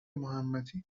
محمدی